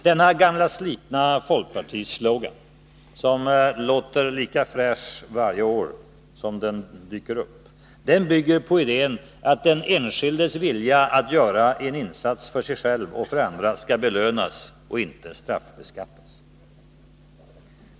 Denna gamla slitna folkpartislogan, som låter lika fräsch varje år den dyker upp, bygger på idén att den enskildes vilja att göra en insats för sig själv och för andra skall belönas, inte straffbeskattas.